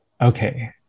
Okay